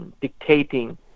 Dictating